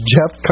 Jeff